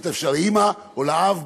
או לאבא,